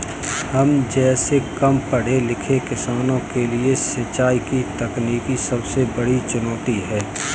हम जैसै कम पढ़े लिखे किसानों के लिए सिंचाई की तकनीकी सबसे बड़ी चुनौती है